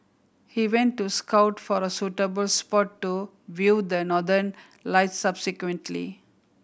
he went to scout for a suitable spot to view the Northern Lights subsequently